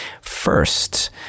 First